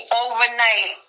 overnight